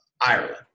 Ireland